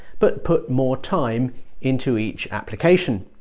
but put more time into each application